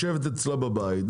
לשבת אצלה בבית,